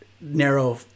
narrow